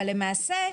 אבל למעשה,